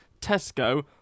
Tesco